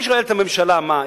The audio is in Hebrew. אני שואל את הממשלה: מה?